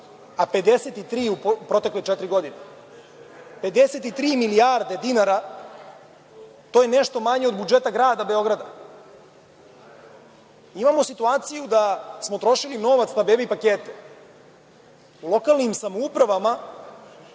a 53 u protekle četiri godine. Znači, 53 milijarde dinara je nešto manje od budžeta grada Beograda. Imamo situaciju da smo trošili novac na bebi pakete lokalnim samoupravama,